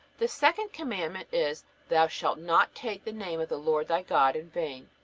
the second commandment is thou shalt not take the name of the lord thy god in vain.